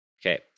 Okay